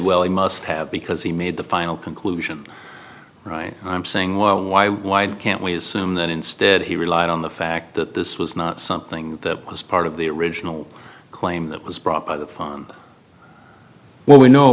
well he must have because he made the final conclusion right i'm saying well why why can't we assume that instead he relied on the fact that this was not something that was part of the original claim that was brought by the phone when we know it